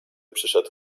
przyszedł